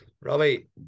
Robbie